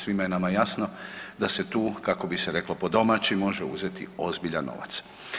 Svima je nama jasno da se tu kako bi se reklo po domaći može uzeti ozbiljan novac.